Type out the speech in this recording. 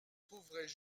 trouveraient